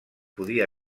podia